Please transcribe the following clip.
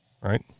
right